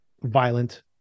violent